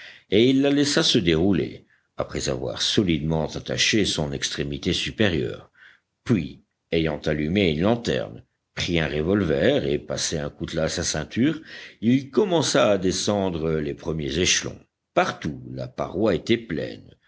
et il la laissa se dérouler après avoir solidement attaché son extrémité supérieure puis ayant allumé une lanterne pris un revolver et passé un coutelas à sa ceinture il commença à descendre les premiers échelons partout la paroi était pleine